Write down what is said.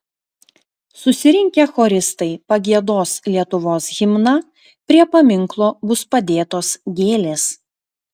susirinkę choristai pagiedos lietuvos himną prie paminklo bus padėtos gėlės